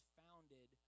founded